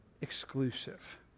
exclusive